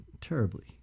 terribly